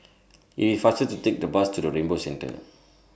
IT IS faster to Take The Bus to Rainbow Centre